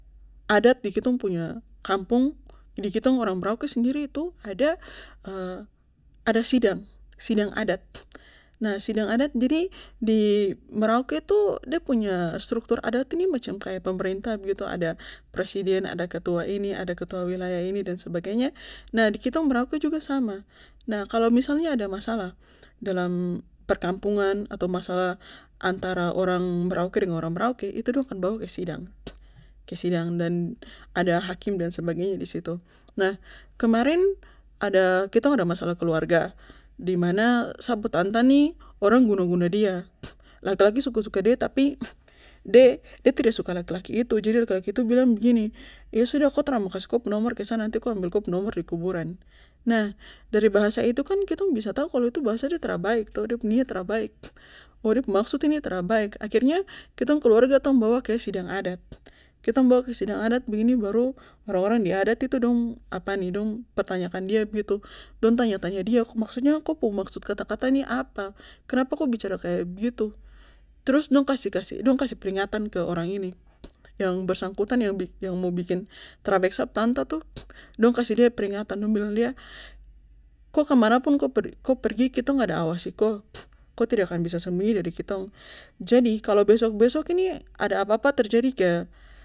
Adat di kitong punya kampung di kitong orang merauke sendiri itu ada ada sidang sidang adat nah sidang adat jadi sidang adat di merauke tuh de punya strukutur adat ini macam kaya pemerintah begitu ada presiden ada ketua ini ada ketua wilayah ini dan sebagainya nah di kitong merauke juga sama nah misalnya kalo ada masalah dalam perkampungan atau masalah antara orang merauke dengan orang merauke itu dong akan bawa ke sidang ke sidang dan ada hakim dan sebagainya disitu, nah kemarin ada kitong ada masalah keluarga dimana sa pu tanta nih orang guna guna dia laki laki suka suka dia tapi de de tidak suka laki laki itu jadi laki laki itu bilang begini iyo sudah ko tra mau kasih ko nomor ke sa nanti ko ambil ko nomor di kuburan nah dari bahasa itu kan kitong bisa tau toh kalo itu bahasa itu tra baik toh de pu niat tra baik, oh de pu maksud ini tra baik akhirnya kitong keluarga tong bawa ke sidang adat, kitong bawa ke sidang adat begini baru orang orang di adat itu dong apa nih dong pertanyakan dia begitu dong tanya tanya dia ko maksudnya ko pu maksud kata kata nih apa kenapa ko bicara kaya begitu trus dong kasih kasih kasih peringatan ke orang ini yang bersangkutan yang mo bikin tra baik sap tanta tuh dong kasih de peringatan dong bilang dia ko kemanapun ko pergi kitong ada awasi ko ko tidak akan bisa sembunyi dari ktong jadi kalo besok besok ini ada apa apa ter jadi ke